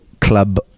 club